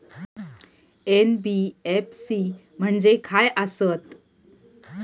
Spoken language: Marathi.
एन.बी.एफ.सी म्हणजे खाय आसत?